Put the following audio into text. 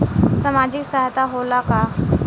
सामाजिक सहायता होला का?